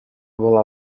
была